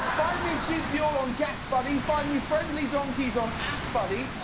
find me cheap fuel on gasbuddy. find me friendly donkeys on assbuddy.